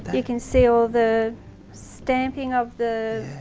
you can see all the stamping of the,